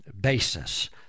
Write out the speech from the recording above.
basis